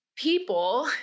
people